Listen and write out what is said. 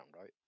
right